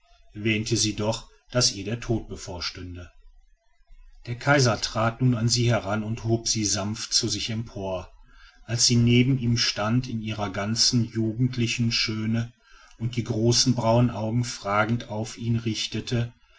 wähnte sie doch daß ihr der tod bevorstünde der kaiser trat nun an sie heran und hob sie sanft zu sich empor als sie neben ihm stand in ihrer ganzen jugendlichen schöne und die großen braunen augen fragend auf ihn richtete